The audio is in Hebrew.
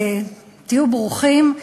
תהיו ברוכים.